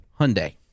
Hyundai